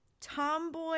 tomboy